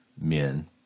men